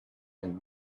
and